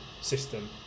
system